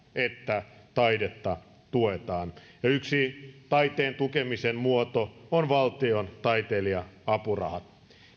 että taidetta tuetaan ja yksi taiteen tukemisen muoto on valtion taiteilija apuraha